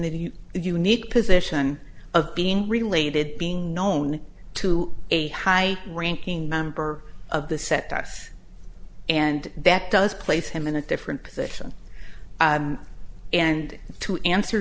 the unique position of being related being known to a high ranking member of the set that's and that does place him in a different position and to answer